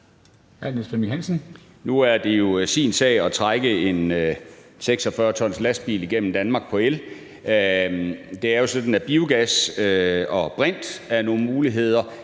Nu er det jo sin sag at trække en lastbil på 46 t gennem Danmark på el. Det er jo sådan, at biogas og brint er nogle af mulighederne.